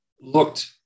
looked